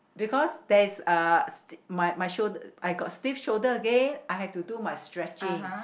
because there is uh my my should~ I got stiff shoulder okay I have to do my stretching